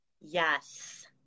Yes